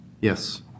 Yes